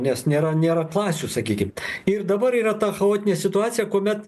nes nėra nėra klasių sakykim ir dabar yra ta chaotinė situacija kuomet